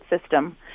system